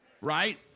right